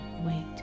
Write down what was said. wait